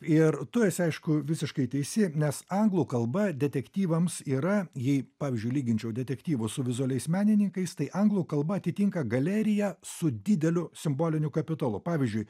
ir tu esi aišku visiškai teisi nes anglų kalba detektyvams yra jei pavyzdžiui lyginčiau detektyvus su vizualiais menininkais tai anglų kalba atitinka galeriją su dideliu simboliniu kapitalu pavyzdžiui